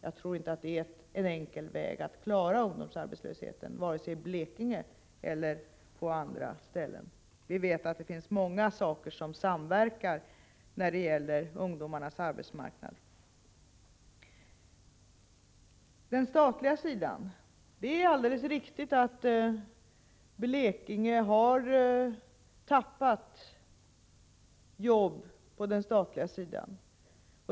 Jag tror inte att det är en enkel väg att klara av ungdomsarbetslösheten vare sig i Blekinge eller på andra ställen. Vi vet att det finns många faktorer som samverkar när det gäller ungdomarnas arbetsmarknad. Det är alldeles riktigt att Blekinge har tappat jobb på den statliga sidan.